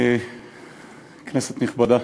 כנסת נכבדה,